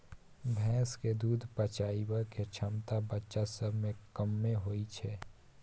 भैंस के दूध पचाबइ के क्षमता बच्चा सब में कम्मे होइ छइ